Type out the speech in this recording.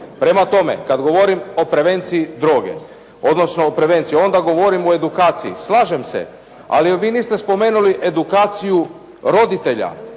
Prema tome, kad govorim o prevenciji droge, odnosno o prevenciji, onda govorim o edukaciji. Slažem se, ali vi niste spomenuli edukaciju roditelja,